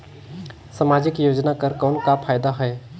समाजिक योजना कर कौन का फायदा है?